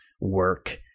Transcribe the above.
work